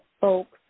folks